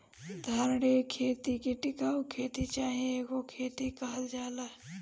धारणीय खेती के टिकाऊ खेती चाहे इको खेती कहल जाला